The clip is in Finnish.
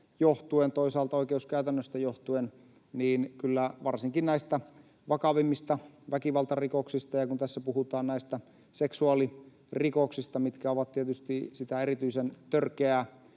toisaalta oikeuskäytännöstä johtuen — varsinkin näistä vakavimmista väkivaltarikoksista, ja kun tässä puhutaan näistä seksuaalirikoksista, mitkä ovat tietysti sitä erityisen törkeää